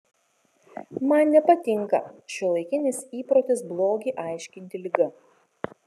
man nepatinka šiuolaikinis įprotis blogį aiškinti liga